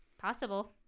Possible